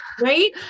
Right